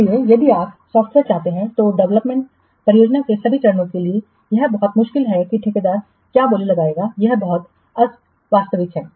इसलिए यदि आप सॉफ्टवेयर चाहते हैं तो डेवलपमेंट परियोजना के सभी चरणों के लिए यह बहुत मुश्किल है कि ठेकेदार क्या बोली नहीं कर सकता यह अवास्तविक है